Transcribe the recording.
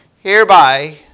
Hereby